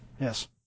yes